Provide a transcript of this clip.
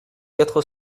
quatre